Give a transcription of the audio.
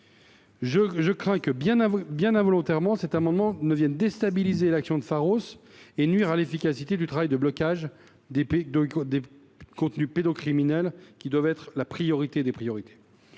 Je crains donc que, bien involontairement, l’adoption de cet amendement ne vienne déstabiliser l’action de Pharos et nuire à l’efficacité du travail de blocage des contenus pédocriminels, qui doit être la priorité des priorités.